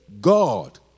God